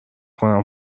کنم